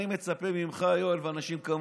אני מצפה ממך, יואל, ומאנשים כמוך,